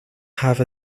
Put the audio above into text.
have